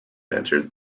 answered